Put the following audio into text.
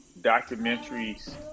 documentaries